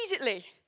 immediately